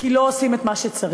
כי לא עושים את מה שצריך.